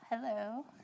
Hello